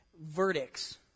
verdicts